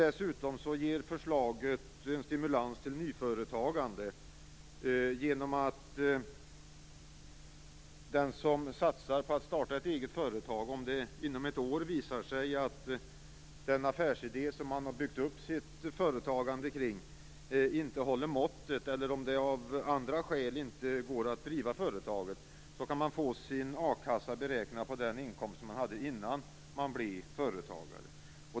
Dessutom ger förslaget en stimulans till nyföretagande genom att den som satsar på att starta ett eget företag kan få sin a-kassa beräknad på den inkomst man hade innan man blev företagare, om det inom ett år visar sig att den affärsidé som man har byggt upp sitt företagande kring inte håller måttet eller om det av andra skäl inte går att driva företaget.